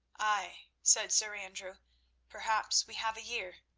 ay, said sir andrew perhaps we have a year.